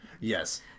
Yes